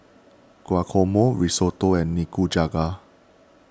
Guacamole Risotto and Nikujaga